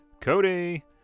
Cody